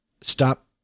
stop